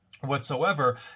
whatsoever